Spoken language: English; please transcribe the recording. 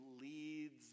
leads